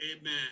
Amen